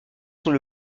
sont